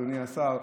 אדוני השר,